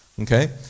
Okay